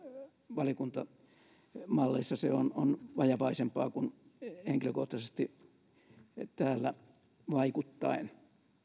valiokuntamalleissa se on on vajavaisempaa kuin henkilökohtaisesti täällä vaikuttaen